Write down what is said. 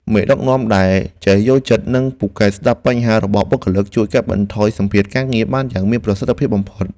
មេដឹកនាំដែលចេះយល់ចិត្តនិងពូកែស្ដាប់បញ្ហារបស់បុគ្គលិក ជួយកាត់បន្ថយសម្ពាធការងារបានយ៉ាងមានប្រសិទ្ធភាពបំផុត។